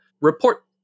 report